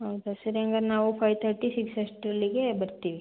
ಹೌದಾ ಸರಿ ಹಂಗಾದ್ರ್ ನಾವು ಫೈವ್ ತರ್ಟಿ ಸಿಕ್ಸ್ ಅಷ್ಟರಲ್ಲಿಗೆ ಬರುತ್ತೀವಿ